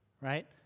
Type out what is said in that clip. right